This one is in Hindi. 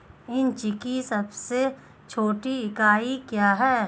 इंच की सबसे छोटी इकाई क्या है?